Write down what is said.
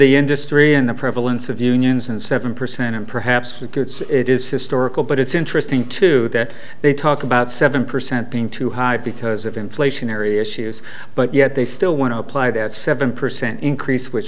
the industry and the prevalence of unions and seven percent and perhaps with goods it is historical but it's interesting too that they talk about seven percent being too high because of inflationary issues but yet they still want to apply that seven percent increase which